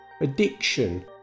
addiction